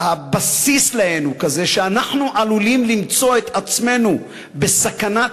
שהבסיס להן הוא כזה שאנחנו עלולים למצוא את עצמנו בסכנת